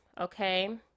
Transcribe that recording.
Okay